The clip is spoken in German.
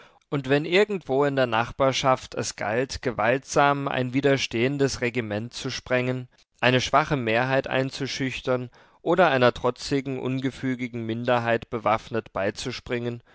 und wenn irgendwo in der nachbarschaft es galt gewaltsam ein widerstehendes regiment zu sprengen eine schwache mehrheit einzuschüchtern oder einer trotzigen ungefügigen minderheit bewaffnet beizuspringen